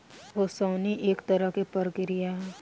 ओसवनी एक तरह के प्रक्रिया ह